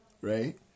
Right